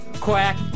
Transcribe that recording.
quack